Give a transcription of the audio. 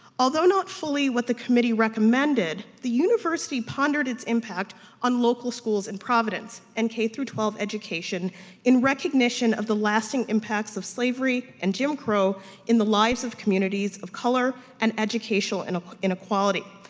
although not fully what the committee recommended, the university pondered its impact on local schools and providence and k through twelve education in recognition of the lasting impacts of slavery and jim crow in the lives of communities of color and educational inequality.